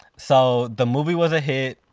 so the movie was a hit.